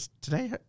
Today